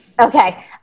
Okay